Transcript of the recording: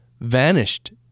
Vanished